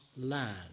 land